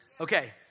Okay